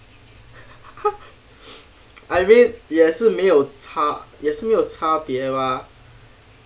I mean 也是没有差也是没有差别 mah